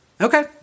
Okay